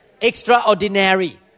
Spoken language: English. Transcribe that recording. extraordinary